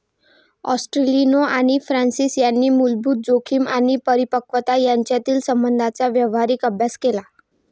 ॲस्टेलिनो आणि फ्रान्सिस यांनी मूलभूत जोखीम आणि परिपक्वता यांच्यातील संबंधांचा व्यावहारिक अभ्यास केला